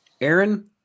Aaron